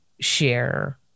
share